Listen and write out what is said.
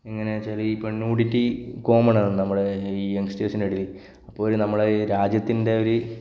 എങ്ങനെയാണെന്നു വെച്ചാൽ ഈ പെൺ നൂഡിറ്റി കോമൺ ആണ് നമ്മുടെ ഈ യങ്ങ്സ്റ്റര്സ്സിന്റെ ഇടയിൽ അപ്പോൾ നമ്മുടെ രാജ്യത്തിന്റെ ഒരു